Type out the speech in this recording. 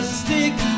stick